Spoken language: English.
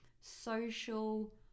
social